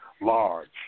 large